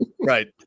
Right